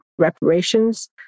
reparations